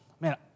Man